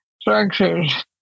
structures